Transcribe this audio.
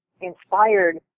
inspired